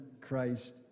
Christ